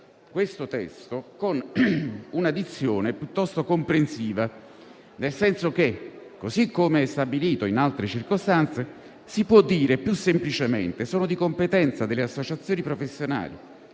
presente testo con una dizione piuttosto comprensiva. Come stabilito in altre circostanze, si può dire più semplicemente che «sono di competenza delle associazioni professionali